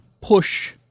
push